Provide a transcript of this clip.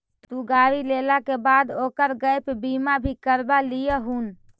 तु गाड़ी लेला के बाद ओकर गैप बीमा भी करवा लियहून